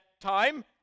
time